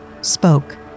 spoke